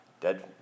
dead